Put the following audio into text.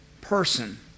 person